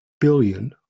billion